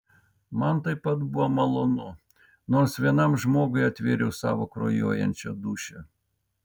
man taip pat buvo malonu nors vienam žmogui atvėriau savo kraujuojančią dūšią